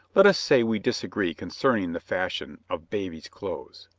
let us say we disagree concerning the fashion of babies' clothes.